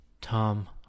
Tom